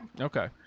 okay